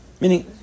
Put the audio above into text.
meaning